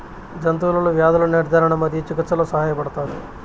జంతువులలో వ్యాధుల నిర్ధారణ మరియు చికిత్చలో సహాయపడుతారు